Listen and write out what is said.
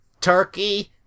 turkey